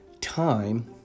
time